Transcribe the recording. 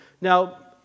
Now